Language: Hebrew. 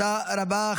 תודה רבה.